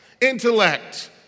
intellect